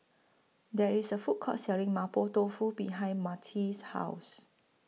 There IS A Food Court Selling Mapo Tofu behind Myrtie's House